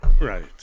Right